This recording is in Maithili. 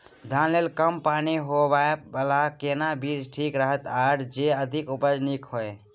धान लेल कम पानी मे होयबला केना बीज ठीक रहत आर जे अधिक उपज नीक होय?